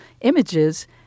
images